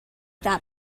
that